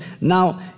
Now